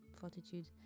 fortitude